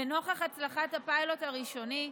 לנוכח הצלחת הפיילוט הראשוני,